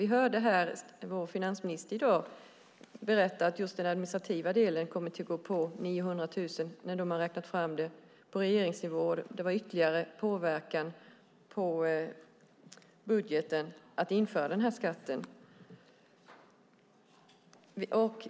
Vi hörde här vår finansminister i dag berätta att den administrativa delen kommer att gå på 900 miljoner när man räknat fram det på regeringsnivå. Det är en ytterligare påverkan på budgeten att införa skatten.